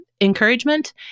encouragement